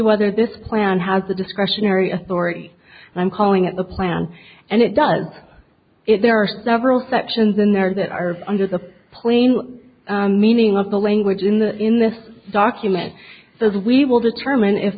whether this plan has the discretionary authority and i'm calling it the plan and it does it there are several sections in there that are under the plain meaning of the language in the in this document says we will determine if